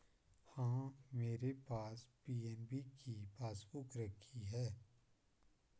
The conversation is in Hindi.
हाँ, मेरे पास पी.एन.बी की पासबुक रखी है